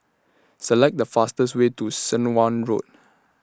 Select The fastest Way to Swanage Road